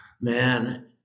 Man